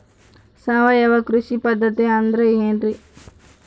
ಸಾವಯವ ಕೃಷಿ ಪದ್ಧತಿ ಅಂದ್ರೆ ಏನ್ರಿ?